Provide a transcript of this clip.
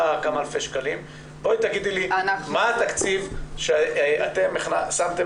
בואי תגידי לי מה התקציב שאתם שמתם